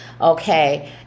okay